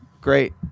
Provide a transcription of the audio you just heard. Great